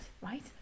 Right